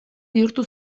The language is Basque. bihurtu